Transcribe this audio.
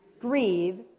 grieve